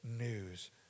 news